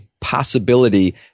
possibility